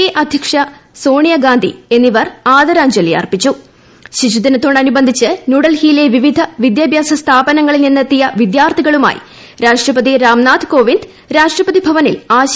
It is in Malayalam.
എ അധ്യക്ഷ സോണിയ ഗാന്ധി എന്നിവർ ആദരാജ്ഞലി അർപിചു ശിശുദിനത്തോടനുബന്ധിച്ച് ന്യൂഡൽഹിയിലെ വിവിധ വിദ്യാഭ്യാസ സ്ഥാപനങ്ങളിൽ നിന്നെത്തിയ വിദ്യാർത്ഥികളുമായി രാപ്രഷ്ടപതി രാംനാഥ് കോവിന്ദ് രാഷ്ട്രപതിഭവനിൽ ആശയവിനിമയം നടത്തി